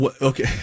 Okay